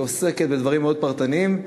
היא עוסקת בדברים מאוד פרטניים,